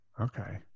Okay